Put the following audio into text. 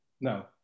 no